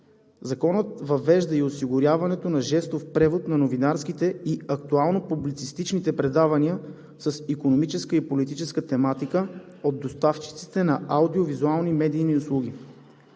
Законът въвежда и осигуряването на жестов превод на новинарските и актуално-публицистичните предавания с икономическа и политическа тематика от доставчиците на аудио-визуални медийни услуги.